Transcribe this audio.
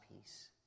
peace